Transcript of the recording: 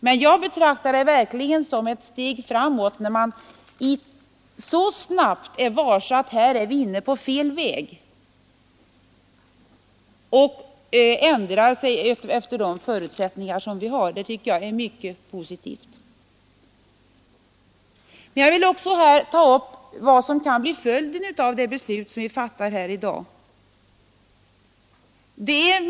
Men jag betraktar det verkligen som ett steg framåt, när man så snabbt är varse att man här är inne på fel väg och ändrar sig efter de förutsättningar som finns. Det tycker jag är mycket positivt. Jag vill här också ta upp vad som kan bli följden av det beslut vi fattar i dag.